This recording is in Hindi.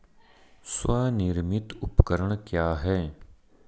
स्वनिर्मित उपकरण क्या है?